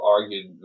argued